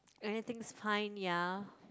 anything is fine ya